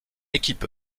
équipe